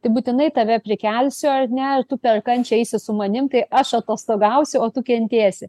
tai būtinai tave prikelsiu ar ne tu per kančią eisi su manim tai aš atostogausiu o tu kentėsi